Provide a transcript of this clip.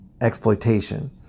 exploitation